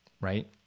right